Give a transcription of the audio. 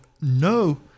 no